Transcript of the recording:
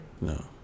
No